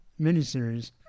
miniseries